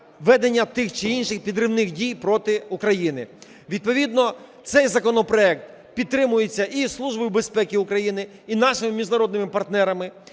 ведення тих чи інших підривних дій проти України. Відповідно цей законопроект підтримується і Службою безпеки України, і нашими міжнародними партнерами.